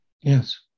Yes